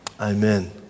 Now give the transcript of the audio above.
Amen